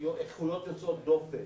איכויות יוצאות דופן.